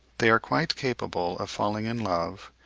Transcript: they are quite capable of falling in love,